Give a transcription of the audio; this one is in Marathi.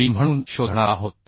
मीम्हणून शोधणार आहोत